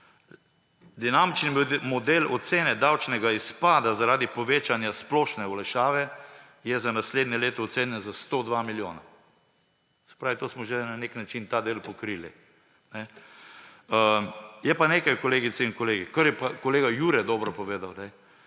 Dinamični model ocene davčnega izpada zaradi povečanja splošne olajšave je za naslednje leto ocenjen na 102 milijona. Se pravi, smo že na nek način ta del pokrili. Je pa nekaj, kolegice in kolegi, kar je pa kolega Jurij dobro povedal: